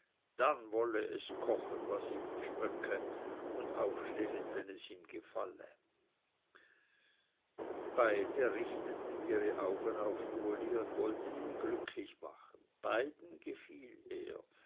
dann wolle es kochen was ihm gschmöcke und aufstehen wenn es ihm gefalle beide richteten ihre augen auf uli und wollten ihn glücklich machen beiden gefiel er